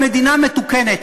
במדינה מתוקנת,